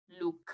look